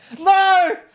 no